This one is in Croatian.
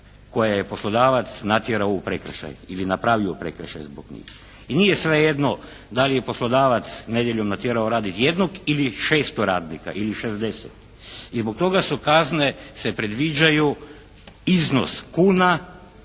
koje je poslodavac natjerao u prekršaj ili napravio prekršaj zbog njih. I nije svejedno da li je poslodavac nedjeljom natjerao raditi jednog ili šesto radnika ili šezdeset. I zbog toga su kazne se predviđaju iznos kuna